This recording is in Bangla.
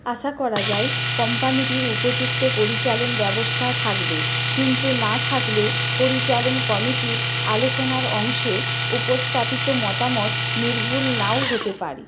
আশা করা যায় কোম্পানিটির উপযুক্ত পরিচালন ব্যবস্থা থাকবে কিন্তু না থাকলে পরিচালন কমিটির আলোচনার অংশে উপস্থাপিত মতামত নির্ভুল নাও হতে পারে